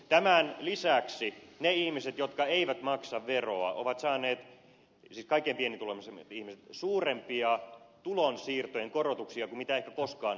tämän lisäksi ne ihmiset jotka eivät maksa veroa siis kaikkein pienituloisimmat ihmiset ovat saaneet suurempia tulonsiirtojen korotuksia kuin mitä ehkä koskaan on tehty